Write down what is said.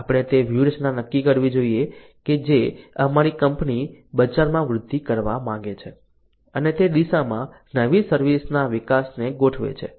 આપણે તે વ્યૂહરચના નક્કી કરવી જોઈએ કે જે અમારી કંપની બજારમાં વૃદ્ધિ કરવા માંગે છે અને તે દિશામાં નવી સર્વિસ ના વિકાસને ગોઠવે છે